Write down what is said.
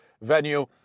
venue